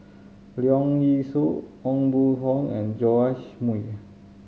Leong Yee Soo Aw Boon Haw and Joash Moo